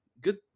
good